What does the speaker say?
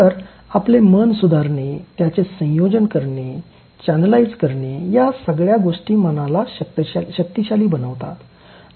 तर आपले मन सुधारणे त्याचे संयोजन करणे चॅनेलाइज करणे या सगळ्या गोष्टी मनाला शक्तीशाली बनवतात